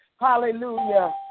Hallelujah